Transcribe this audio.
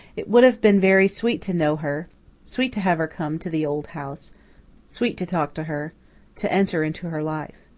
it would have been very sweet to know her sweet to have her come to the old house sweet to talk to her to enter into her life.